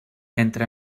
entre